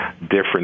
different